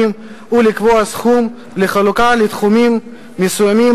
ולקבוע סכום לחלוקה לתחומים מסוימים,